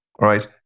right